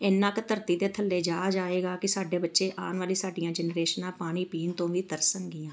ਇੰਨਾਂ ਕੁ ਧਰਤੀ ਦੇ ਥੱਲੇ ਜਾ ਜਾਏਗਾ ਕਿ ਸਾਡੇ ਬੱਚੇ ਆਉਣ ਵਾਲੀ ਸਾਡੀਆਂ ਜਨਰੇਸ਼ਨਾਂ ਪਾਣੀ ਪੀਣ ਤੋਂ ਵੀ ਤਰਸਣਗੀਆਂ